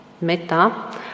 metta